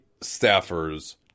staffers